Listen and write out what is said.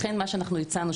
לכן מה שאנחנו הצענו,